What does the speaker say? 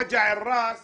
וג'ע א-ראס